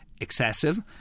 excessive